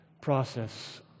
process